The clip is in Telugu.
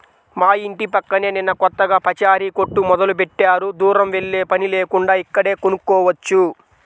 మా యింటి పక్కనే నిన్న కొత్తగా పచారీ కొట్టు మొదలుబెట్టారు, దూరం వెల్లేపని లేకుండా ఇక్కడే కొనుక్కోవచ్చు